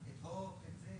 זה רק מחזק את הרבנות.